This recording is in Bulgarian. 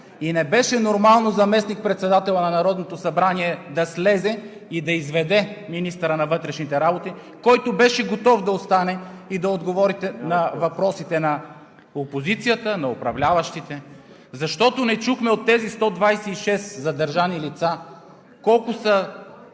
И не беше нормално заместник-председателят на Народното събрание да слезе и да изведе министъра на вътрешните работи, който беше готов да остане и да отговори на въпросите на опозицията, на управляващите. Защото не чухме от тези 126 задържани лица колко са